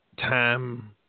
time